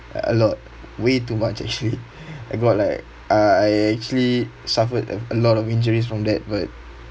a lot way too much actually I got like uh I actually suffered a a lot of injuries from that but